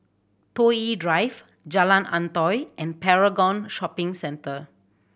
Toh Yi Drive Jalan Antoi and Paragon Shopping Centre